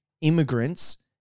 immigrants